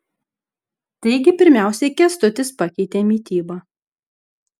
taigi pirmiausiai kęstutis pakeitė mitybą